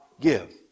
give